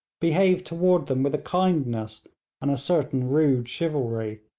behaved toward them with kindness and a certain rude chivalry.